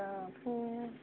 दाथ'